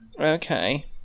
okay